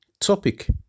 Topic